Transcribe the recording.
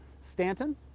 Stanton